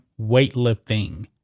weightlifting